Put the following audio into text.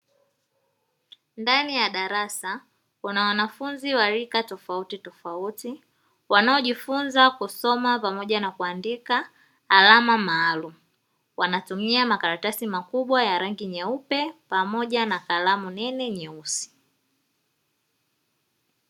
Ndani ya darasa kuna wanafunzi wa rika tofautitofauti, wanaojifunza kusoma pamoja na kuandika alama maalumu. Wanatumia makaratasi makubwa ya rangi nyeupe na kalamu nene nyeusi.